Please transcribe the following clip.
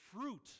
fruit